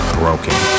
broken